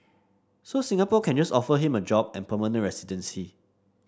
so Singapore can just offer him a job and permanent residency